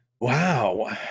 Wow